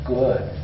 good